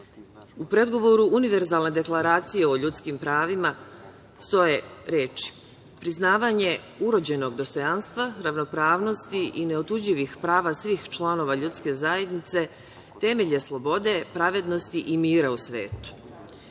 predgovoru Univerzalne deklaracije o ljudskim pravima stoje reči – priznavanje urođenog dostojanstva, ravnopravnosti i neotuđivih prava svih članova ljudske zajednice temelje slobode, pravednosti i mira u svetu. Jedan